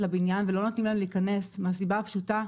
ולא נותנים להם להיכנס מהסיבה הפשוטה,